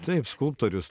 taip skulptorius